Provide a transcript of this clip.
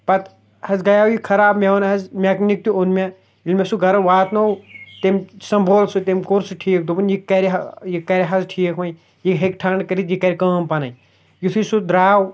پَتہٕ حظ گٔیاو یہِ خراب مےٚ اوٚن حظ میکنِک تہِ اوٚن مےٚ ییٚلہِ مےٚ سُہ گَرٕ واتنو تٔمۍ سنٛمبھول سُہ تٔمۍ کوٚر سُہ ٹھیٖک دوٚپُن یہِ کَرِہا یہِ کَرِ حظ ٹھیٖک وۅنۍ یہِ ہیٚکہِ ٹھنٛڈ کٔرِتھ یہِ کَرِ کٲم پَنٕنۍ یُتھُے سُہ درٛاو